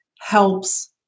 helps